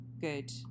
Good